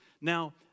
Now